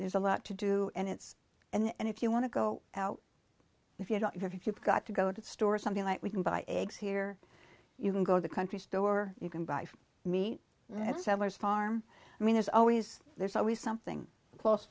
there's a lot to do and it's and if you want to go out if you don't if you've got to go to the store something like we can buy eggs here you can go to the country store you can buy meat at sadler's farm i mean there's always there's always something close